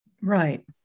right